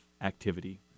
activity